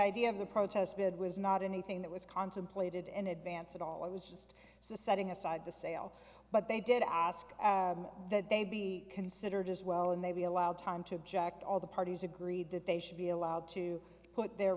idea of the protest bid was not anything that was contemplated in advance at all it was just setting aside the sale but they did ask that they be considered as well and they be allowed time to object all the parties agreed that they should be allowed to put their